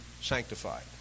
sanctified